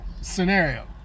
scenario